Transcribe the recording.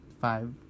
Five